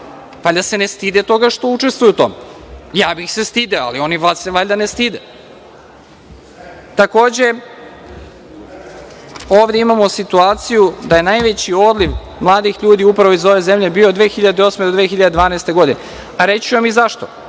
Valjda se ne stide toga što učestvuju u tome. Ja bih se stideo, a oni se valjda ne stide. Takođe, ovde imamo situaciju da je najveći odliv mladih ljudi, upravo iz ove zemlje, bio od 2008. do 2012. godine, a reći ću vam i zašto.